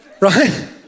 right